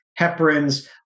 heparins